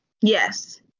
yes